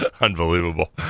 Unbelievable